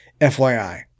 FYI